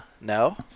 no